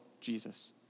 jesus